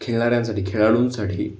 खेळणाऱ्यांसाठी खेळाडूंसाठी